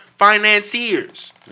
financiers